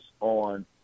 on